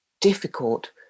difficult